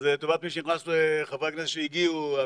אז לטובת חברי הכנסת שהגיעו עכשיו,